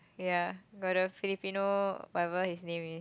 ya got the Filipino whatever his name is